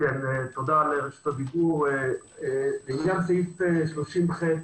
תודה על רשות הדיבור, לגבי סעיף 30ח(א),